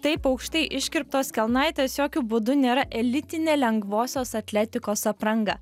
taip aukštai iškirptos kelnaitės jokiu būdu nėra elitinė lengvosios atletikos apranga